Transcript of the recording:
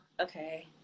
okay